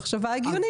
מחשבה הגיונית.